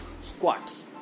squats